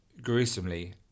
Gruesomely